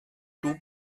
tout